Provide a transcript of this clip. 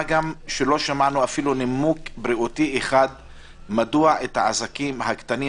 לא שמענו נימוק בריאותי אחד מדוע לא מאפשרים לעסקים הקטנים